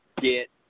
Get